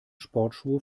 sportschuhe